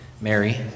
Mary